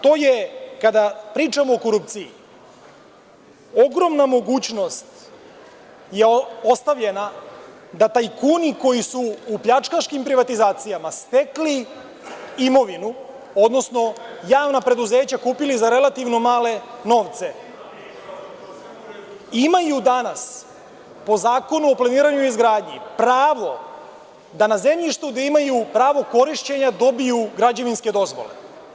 To je, kada pričamo o korupciji, ogromna mogućnost je ostavljena da tajkuni koji su u pljačkaškim privatizacijama stekli imovinu, odnosno javna preduzeća kupili za relativno male novce, imaju danas po Zakonu o planiranju i izgradnji pravo da na zemljištu gde imaju pravo korišćenja, dobiju građevinske dozvole.